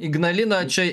ignalina čia